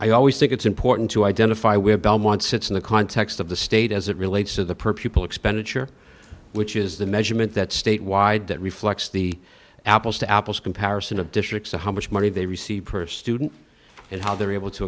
i always think it's important to identify where belmont sits in the context of the state as it relates to the per pupil expenditure which is the measurement that statewide that reflects the apples to apples comparison of districts to how much money they receive per student and how they're able to